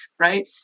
Right